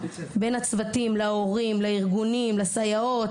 בין הצוותים לארגונים להורים לסייעות,